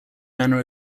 manor